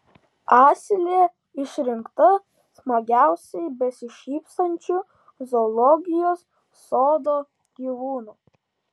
asilė išrinkta smagiausiai besišypsančiu zoologijos sodo gyvūnu